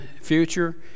future